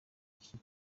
iki